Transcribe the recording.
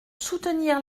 soutenir